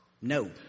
no